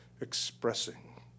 expressing